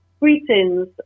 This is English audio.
Greetings